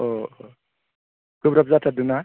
अ अ गोब्राब जाथारदोंना